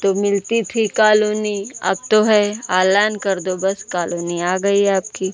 तो मिलती थी कॉलोनी अब तो है ऑनलाइन कर दो बस कॉलोनी आ गई आपकी